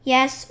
Yes